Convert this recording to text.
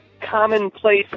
commonplace